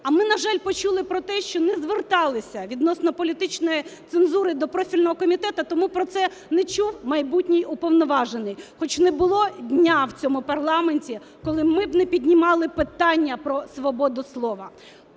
А ми, на жаль, почули про те, що не зверталися відносно політичної цензури до профільного комітету, тому про це не чув майбутній Уповноважений. Хоч не було дня в цьому парламенті, коли ми б не піднімали питання про свободу слова.